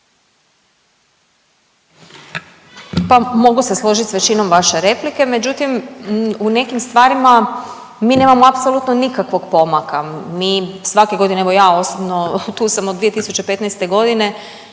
Pa mogu se složit s većinom vaše replike međutim u nekim stvarima mi nemamo apsolutno nikakvog pomaka. Mi svake godine evo ja osobno tu sam od 2015. godine